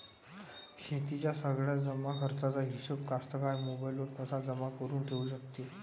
शेतीच्या सगळ्या जमाखर्चाचा हिशोब कास्तकार मोबाईलवर कसा जमा करुन ठेऊ शकते?